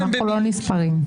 אנחנו לא נספרים.